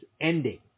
ending